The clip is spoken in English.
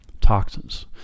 toxins